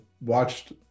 watched